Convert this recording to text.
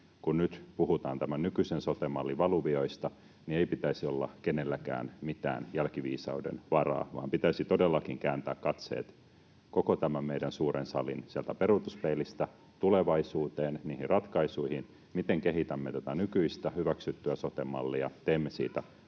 kun nyt puhutaan tämän nykyisen sote-mallin valuvioista, ei pitäisi olla kenelläkään mitään jälkiviisauden varaa, vaan pitäisi todellakin kääntää katseet koko tämän meidän suuren salin peruutuspeilistä tulevaisuuteen, niihin ratkaisuihin, miten kehitämme tätä nykyistä hyväksyttyä sote-mallia, teemme siitä